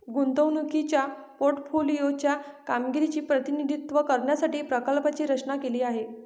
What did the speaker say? गुंतवणुकीच्या पोर्टफोलिओ च्या कामगिरीचे प्रतिनिधित्व करण्यासाठी प्रकल्पाची रचना केली आहे